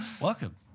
Welcome